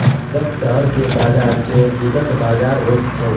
लगक शहर के बजार सेहो दूधक बजार होइत छै